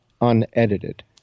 unedited